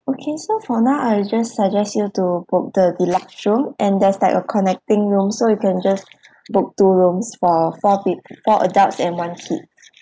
okay so for now I'll just suggest you to book the deluxe room and there's like a connecting room so you can just book two rooms for four peo~ four adults and one kid